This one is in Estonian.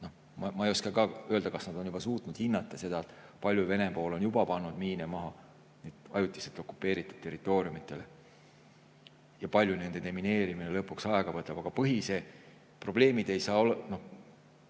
Ma ei oska ka öelda, kas ukrainlased on suutnud hinnata seda, kui palju Vene pool on juba pannud miine maha ajutiselt okupeeritud territooriumidele ja kui palju nende demineerimine lõpuks aega võtab. Aga põhilised probleemid ei saa olema